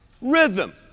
rhythm